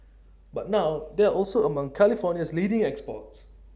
but now they are also among California's leading exports